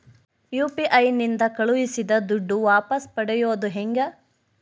UPI ನಿಂದ ಕಳುಹಿಸಿದ ದುಡ್ಡು ವಾಪಸ್ ಪಡೆಯೋದು ಹೆಂಗ?